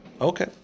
Okay